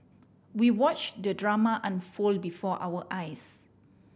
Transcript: we watch the drama unfold before our eyes